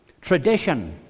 Tradition